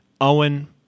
Owen